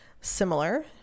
similar